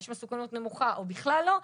יש מסוכנות נמוכה או בכלל לא,